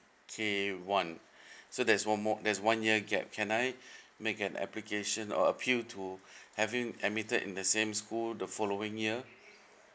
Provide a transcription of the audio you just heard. k one so that's one more there's one year gap can I make an application or appeal to having admitted in the same school the following year